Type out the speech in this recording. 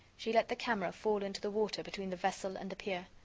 she let the camera fall into the water between the vessel and the pier.